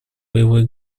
боевой